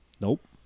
Nope